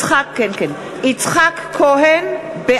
(קוראת בשמות חברי הכנסת) יצחק כהן,